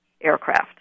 aircraft